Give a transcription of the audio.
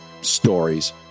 stories